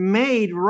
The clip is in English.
made